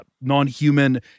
non-human